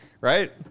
right